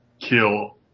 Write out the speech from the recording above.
kill